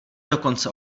dokonce